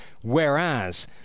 whereas